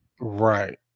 Right